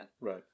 Right